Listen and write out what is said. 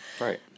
Right